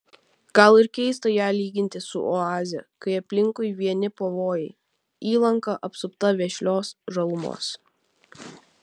gal ir keista ją lyginti su oaze kai aplinkui vieni pavojai įlanka apsupta vešlios žalumos